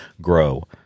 grow